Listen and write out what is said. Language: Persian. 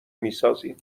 میسازیم